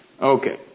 okay